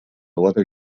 leather